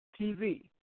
TV